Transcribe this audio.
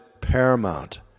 paramount